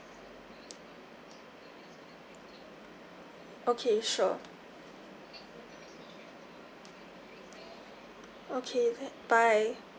okay sure okay th~ bye